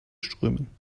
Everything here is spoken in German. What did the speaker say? strömen